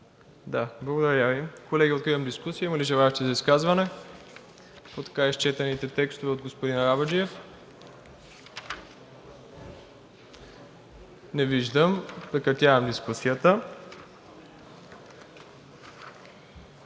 Благодаря Ви. Колеги, откривам дискусия. Има ли желаещи за изказвания по така изчетените текстове от господин Арабаджиев? Не виждам. Прекратявам дискусията.